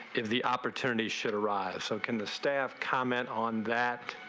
in the opportunity should arrive so can the staff comment on that